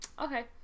Okay